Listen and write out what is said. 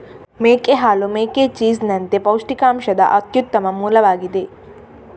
ಮೇಕೆ ಹಾಲು ಮೇಕೆ ಚೀಸ್ ನಂತೆ ಪೌಷ್ಟಿಕಾಂಶದ ಅತ್ಯುತ್ತಮ ಮೂಲವಾಗಿದೆ